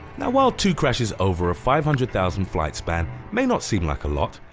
now while two crashes over a five hundred thousand flight span may not seem like a lot,